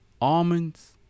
almonds